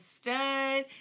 stud